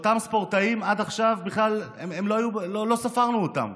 אותם ספורטאים, עד עכשיו בכלל לא ספרנו אותם,